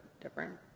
different